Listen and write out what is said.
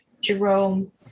Jerome